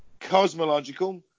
Cosmological